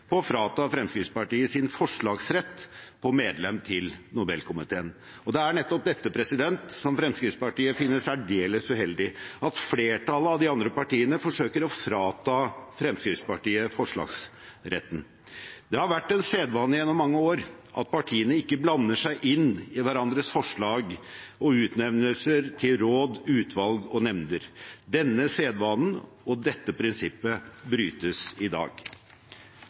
på å frata Fremskrittspartiet sin forslagsrett på medlem til Nobelkomiteen. Og det er nettopp dette som Fremskrittspartiet finner særdeles uheldig – at flertallet av de andre partiene forsøker å frata Fremskrittspartiet forslagsretten. Det har vært en sedvane gjennom mange år at partiene ikke blander seg inn i hverandres forslag og utnevnelser til råd, utvalg og nemnder. Denne sedvanen og dette prinsippet brytes i dag.